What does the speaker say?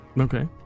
Okay